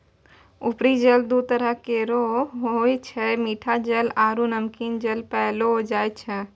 उपरी जल दू तरह केरो होय छै मीठा जल आरु नमकीन जल पैलो जाय छै